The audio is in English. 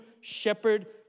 shepherd